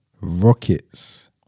Rockets